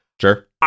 Sure